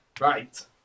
Right